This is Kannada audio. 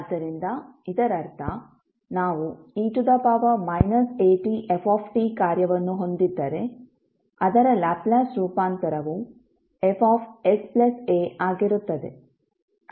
ಆದ್ದರಿಂದ ಇದರರ್ಥ ನಾವು e atf ಕಾರ್ಯವನ್ನು ಹೊಂದಿದ್ದರೆ ಅದರ ಲ್ಯಾಪ್ಲೇಸ್ ರೂಪಾಂತರವು Fsa ಆಗಿರುತ್ತದೆ